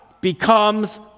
becomes